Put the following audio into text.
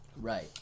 right